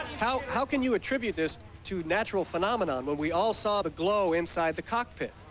how how can you attribute this to natural phenomenon when we all saw the glow inside the cockpit?